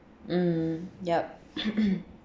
mm yup